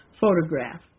photograph